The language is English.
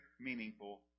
meaningful